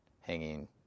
hanging